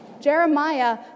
Jeremiah